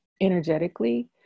energetically